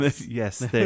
Yes